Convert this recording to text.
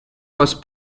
was